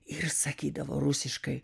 ir sakydavo rusiškai